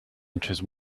inches